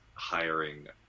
Hiring